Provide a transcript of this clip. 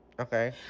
okay